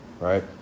Right